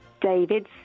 David